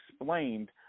explained